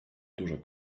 dużo